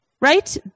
right